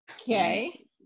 Okay